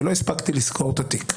ולא הספקתי לסגור את התיק.